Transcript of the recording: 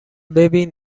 ببین